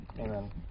Amen